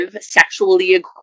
sexually